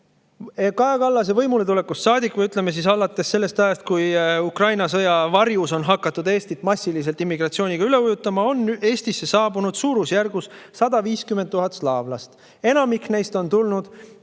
Kaja Kallase võimuletulekust saadik, või, ütleme, alates sellest ajast, kui Ukraina sõja varjus on hakatud Eestit massiliselt immigratsiooniga üle ujutama, on Eestisse saabunud suurusjärgus 150 000 slaavlast. Enamik neist on tulnud